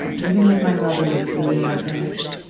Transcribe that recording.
and living with my mother was really nightmarish.